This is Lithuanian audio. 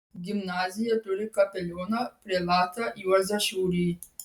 gimnazija turi kapelioną prelatą juozą šiurį